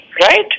right